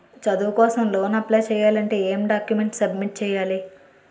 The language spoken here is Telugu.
చదువు కోసం లోన్ అప్లయ్ చేయాలి అంటే ఎం డాక్యుమెంట్స్ సబ్మిట్ చేయాలి?